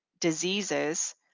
diseases